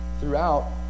throughout